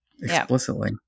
explicitly